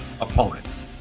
opponents